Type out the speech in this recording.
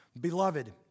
Beloved